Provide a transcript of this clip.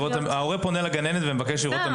ההורה פונה לגננת ומבקש לראות את המסמך.